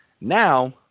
Now